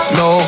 no